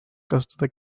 kasutada